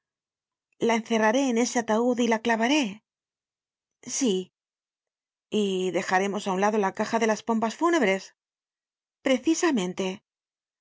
la encerraré en ese ataud y la clavaré sí y dejaremos á un lado la caja de las pompas fúnebres precisamente